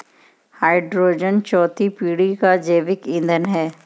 hydrogen चौथी पीढ़ी का जैविक ईंधन है